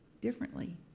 differently